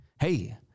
Hey